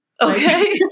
Okay